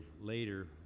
later